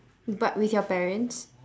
but with your parents